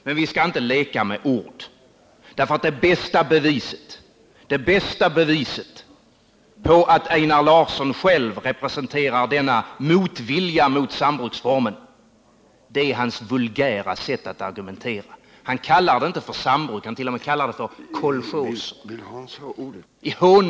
Men vi skall inte leka med ord, för det bästa beviset på att Einar Larsson själv representerar denna motvilja mot sambruksformen är hans vulgära sätt att argumentera. Han kallar det inte för sambruk, han kallar det t.o.m. för kolchoser.